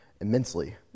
immensely